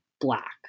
black